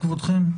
חברים,